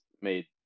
made